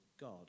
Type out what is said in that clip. God